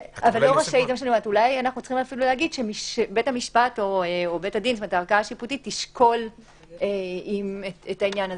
אולי נאמר שבית המשפט או בית הדין הערכה השיפוטית - תשקול את העניין,